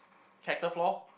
character flaw